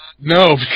no